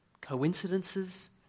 coincidences